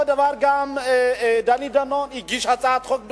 אותו דבר גם דני דנון, הגיש הצעת חוק דומה,